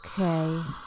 Okay